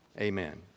Amen